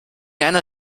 einer